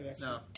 No